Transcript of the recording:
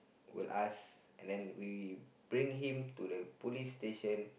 will ask and then we we bring him to the police station